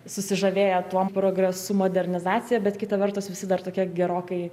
susižavėję tuom progresu modernizacija bet kita vertus visi dar tokie gerokai